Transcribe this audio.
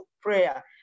prayer